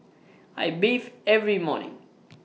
I bathe every morning